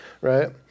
right